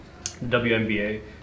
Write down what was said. WNBA